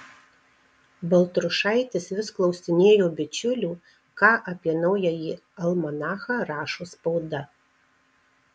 baltrušaitis vis klausinėjo bičiulių ką apie naująjį almanachą rašo spauda